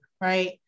right